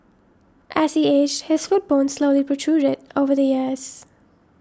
as he aged his foot bone slowly protruded over the years